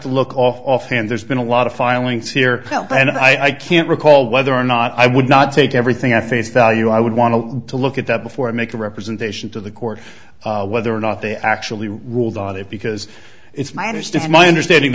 to look offhand there's been a lot of filings here and i can't recall whether or not i would not take everything at face value i would want to to look at that before i make a representation to the court whether or not they actually ruled on it because it's my understand my understanding